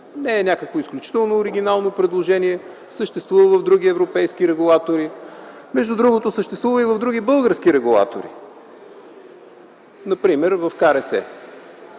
не е изключително оригинално предложение, съществува в други европейски регулатори. Между другото, съществува и в други български регулатори, например в КРС.